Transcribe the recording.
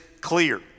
clear